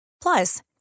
Plus